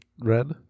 red